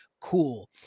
cool